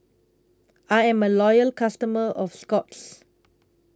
I'm A Loyal customer of Scott's